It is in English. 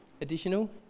additional